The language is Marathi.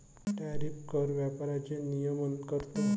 टॅरिफ कर व्यापाराचे नियमन करतो